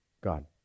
God